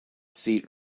seat